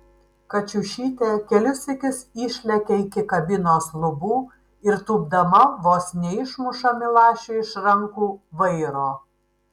kačiušytė kelis sykius išlekia iki kabinos lubų ir tūpdama vos neišmuša milašiui iš rankų vairo